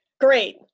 Great